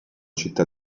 città